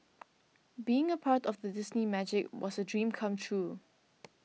being a part of the Disney Magic was a dream come true